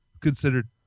considered